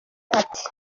ati